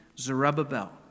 Zerubbabel